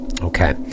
Okay